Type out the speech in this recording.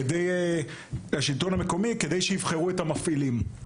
כדי שיבחרו את המפעילים.